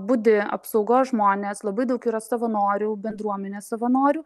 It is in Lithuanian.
budi apsaugos žmonės labai daug yra savanorių bendruomenės savanorių